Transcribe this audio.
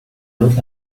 luz